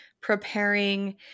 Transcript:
preparing